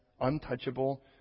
untouchable